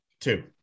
Two